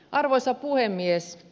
arvoisa puhemies